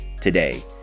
today